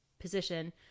position